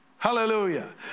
Hallelujah